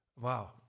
Wow